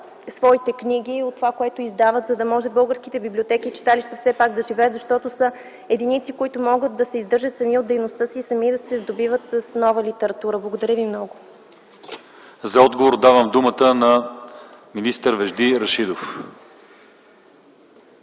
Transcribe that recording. своите книги, от това, което издават, за да могат българските библиотеки и читалища все пак да живеят. Единици са тези, които могат да се издържат сами от дейността си и сами да се сдобиват с нова литература. Благодаря Ви много. ПРЕДСЕДАТЕЛ ЛЪЧЕЗАР ИВАНОВ: За отговор давам думата на министър Вежди Рашидов.